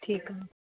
ठीकु आहे